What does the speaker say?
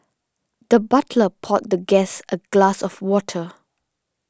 the butler poured the guest a glass of water